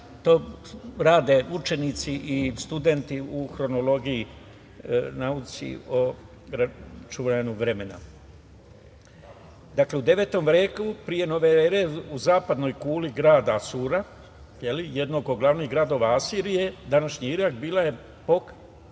to rade učenici i studenti u hronologiji, nauci o računanju vremena. Dakle, u 9. veku pre nove ere u zapadnoj kuli grada Asura, jednog od glavnih gradova Asirije, današnji Irak, bila je pohranjena